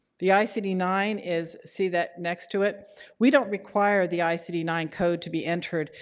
the i c d nine is see that next to it we don't require the i c d nine code to be entered.